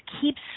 keeps